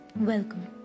Welcome